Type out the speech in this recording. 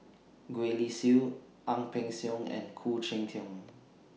Gwee Li Sui Ang Peng Siong and Khoo Cheng Tiong